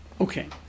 Okay